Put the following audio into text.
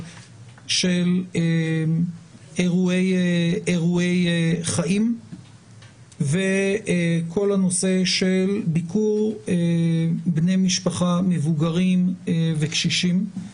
של אירועי חיים וכל הנושא של ביקור בני משפחה מבוגרים וקשישים.